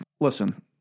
Listen